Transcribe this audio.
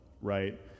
right